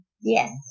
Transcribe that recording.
Yes